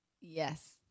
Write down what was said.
yes